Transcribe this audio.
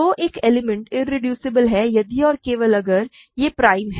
तो एक element irreducible है यदि और केवल अगर यह प्राइम है